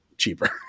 Cheaper